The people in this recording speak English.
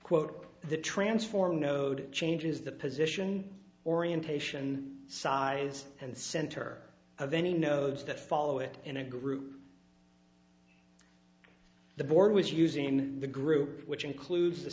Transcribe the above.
quote the transformer node changes the position orientation size and center of any know those that follow it in a group the board was using in the group which includes the